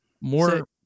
More